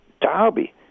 derby